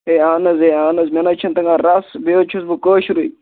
ہے اَہَن حظ ہے اَہَن حظ مےٚ نہٕ حظ چھِنہٕ تَگان رَژھ بیٚیہِ حظ چھُس بہٕ کٲشُرُے